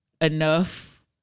enough